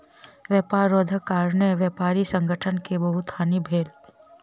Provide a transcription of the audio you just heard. व्यापार रोधक कारणेँ व्यापारी संगठन के बहुत हानि भेल